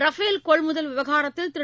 Rafale கொள்முதல் விவகாரத்தில் திரு